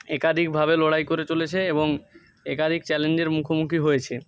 একাধিকভাবে লড়াই করে চলেছে এবং একাধিক চ্যালেঞ্জের মুখোমুখি হয়েছে